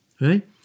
right